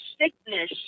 sickness